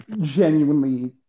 genuinely